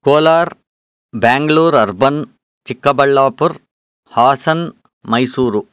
Kolar Bengaluru urban Chikkaballapur Hassan Mysuru